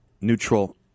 neutral